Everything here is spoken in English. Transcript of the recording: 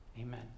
amen